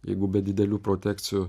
jeigu be didelių protekcijų